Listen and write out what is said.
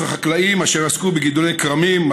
וכחקלאים אשר עסקו בגידולי כרמים,